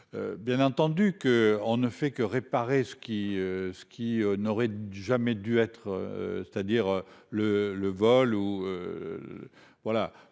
Bien entendu que on ne fait que réparer ce qui ce qui n'aurait jamais dû être c'est-à-dire le le vol ou.